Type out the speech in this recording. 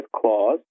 clause